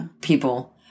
people